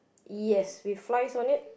yes with flies on it